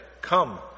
Come